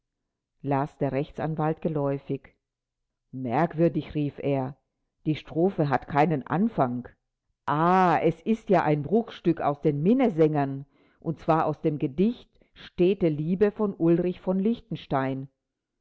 las der rechtsanwalt geläufig merkwürdig rief er die strophe hat keinen anfang ah es ist ja ein bruchstück aus den minnesängern und zwar aus dem gedicht stete liebe von ulrich von